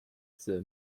the